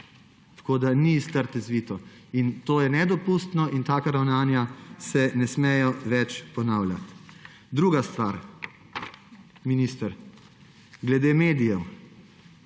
Ni iz trte zvito. To je nedopustno in taka ravnanja se ne smejo več ponavljati. Druga stvar, minister, glede medijev.